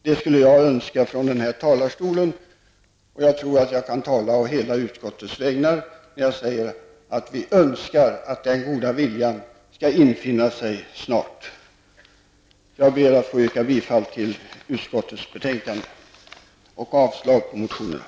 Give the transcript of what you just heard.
Det skulle jag önska från kammarens talarstol. Jag tror att jag talar å hela utskottets vägnar när jag säger att vi önskar att den goda viljan snart skall infinna sig. Jag ber att få yrka bifall till utskottets hemställan och avslag på motionerna.